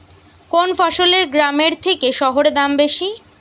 কোন ফসলের গ্রামের থেকে শহরে দাম বেশি?